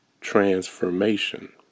transformation